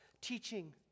teaching